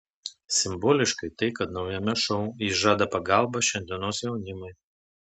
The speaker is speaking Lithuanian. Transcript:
simboliška tai kad naujame šou ji žada pagalbą šiandienos jaunimui